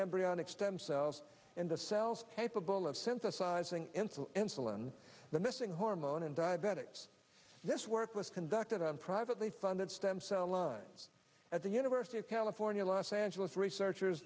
embryonic stem cells into cells capable of synthesising insulin insulin the missing hormone in diabetics this work was conducted on privately funded stem cell lines at the university of california los angeles researchers